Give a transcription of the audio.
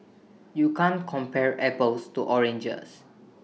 you can't compare apples to oranges